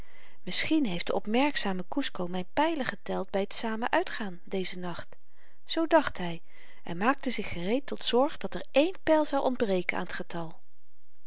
misschien heeft de opmerkzame kusco myn pylen geteld by t samen uitgaan dezen nacht zoo dacht hy en maakte zich gereed tot zorg dat er één pyl zou ontbreken aan t getal